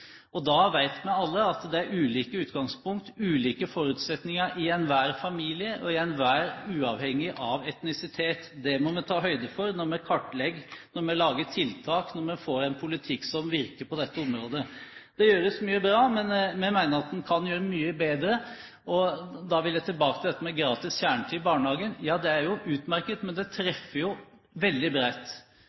vet alle at det er ulike utgangspunkt, ulike forutsetninger i enhver familie, uavhengig av etnisitet. Det må vi ta høyde for når vi kartlegger, når vi lager tiltak, og når vi får en politikk som virker på dette området. Det gjøres mye bra, men vi mener at man kan gjøre det mye bedre. Da vil jeg tilbake til dette med gratis kjernetid i barnehagen. Ja, det er jo utmerket, men det treffer jo veldig